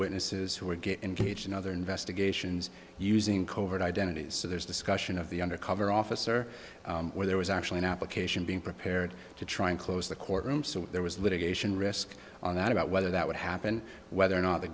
witnesses who are get engaged in other investigations using covert identities so there's discussion of the undercover officer where there was actually an application being prepared to try and close the courtroom so there was litigation risk on that about whether that would happen whether or not the